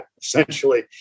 essentially